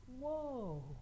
whoa